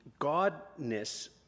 godness